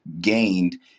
gained